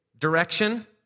direction